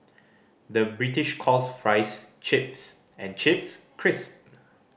the British calls fries chips and chips crisp